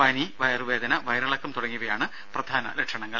പനി വയറുവേദന വയറിളക്കം തുടങ്ങിയവയാണ് പ്രധാന ലക്ഷണങ്ങൾ